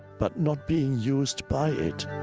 but not being used by it